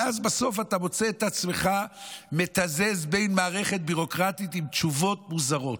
ואז בסוף אתה מוצא את עצמך מתזז במערכת ביורוקרטית עם תשובות מוזרות.